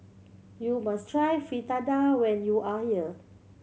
you must try Fritada when you are here